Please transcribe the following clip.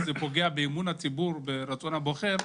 שזה פוגע באמון וברצון הבוחר,